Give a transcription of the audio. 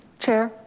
chair,